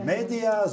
Media